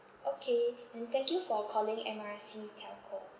okay then thank you for calling M R C telco